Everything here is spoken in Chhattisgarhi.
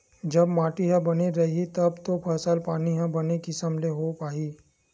जब माटी ह बने रइही तब तो फसल पानी ह बने किसम ले होय पाही